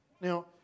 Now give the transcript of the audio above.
Now